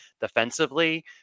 defensively